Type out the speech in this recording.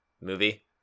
movie